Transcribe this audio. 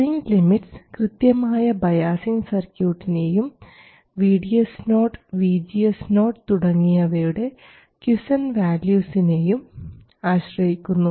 swing limits കൃത്യമായ biasing സർക്യൂട്ടിനെയും VDS0 VGS0 തുടങ്ങിയവയുടെ ക്വിസൻറ് വാല്യൂസിനെയും ആശ്രയിക്കുന്നു